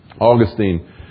Augustine